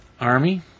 army